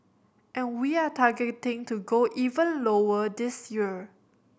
and we are targeting to go even lower this year